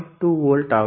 2 volt ஆகும்